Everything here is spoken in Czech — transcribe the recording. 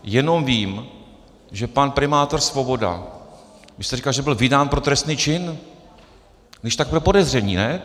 Jenom vím, že pan primátor Svoboda vy jste říkala, že byl vydán pro trestný čin když tak podezření, ne?